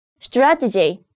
strategy